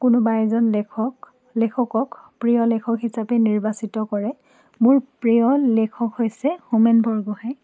কোনোবা এজন লেখক লেখকক প্ৰিয় লেখক হিচাপে নিৰ্বাচিত কৰে মোৰ প্ৰিয় লেখক হৈছে হোমেন বৰগোহাঁই